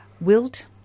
Wilt